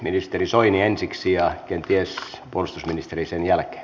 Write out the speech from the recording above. ministeri soini ensiksi ja kenties puolustusministeri sen jälkeen